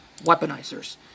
Weaponizers